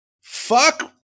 fuck